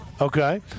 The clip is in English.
Okay